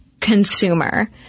consumer